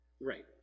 right